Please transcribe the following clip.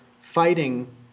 fighting